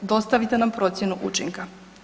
Dostavite nam procjenu učinka.